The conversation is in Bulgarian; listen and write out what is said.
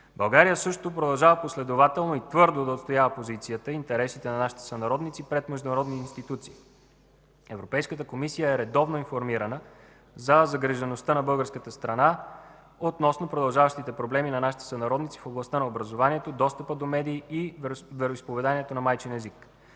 България продължава също последователно и твърдо да отстоява позицията и интересите на нашите сънародници пред международните институции. Европейската комисия е редовно информирана за загрижеността на българската страна относно продължаващите проблеми на нашите сънародници в областта на образованието, достъпа до медии и вероизповеданието на майчин език.